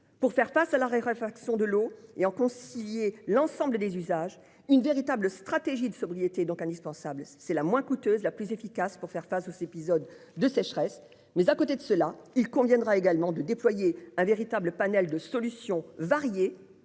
Pour faire face à la raréfaction de l'eau et en concilier l'ensemble des usages, une véritable stratégie de sobriété est donc indispensable. C'est l'option la moins coûteuse et la plus efficace pour faire face aux épisodes de sécheresse. Parallèlement, il conviendra de déployer un véritable panel de solutions variées